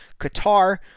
Qatar